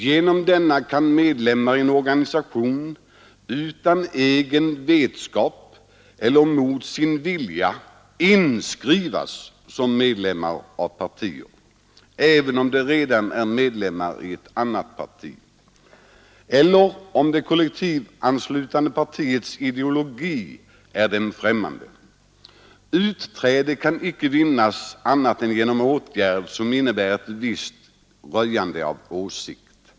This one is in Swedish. Genom denna kan medlemmar i en organisation utan egen vetskap eller mot sin vilja inskrivas som medlemmar av partier, även om de redan är medlemmar i ett annat parti eller om det kollektivanslutande partiets ideologi är dem främmande. Utträde kan icke vinnas annat än genom åtgärd som innebär ett visst röjande av åsikt.